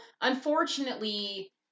unfortunately